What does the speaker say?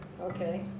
Okay